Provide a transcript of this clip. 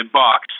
box